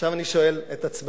עכשיו אני שואל את עצמנו,